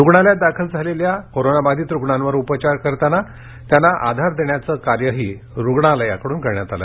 रुग्णालयात दाखल झालेल्या कोरोनाबाधित रुग्णावर उपचार करताना त्यांना आघार देण्या रुग्णालयावळून करण्यात आले